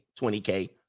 20K